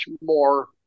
more